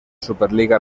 superliga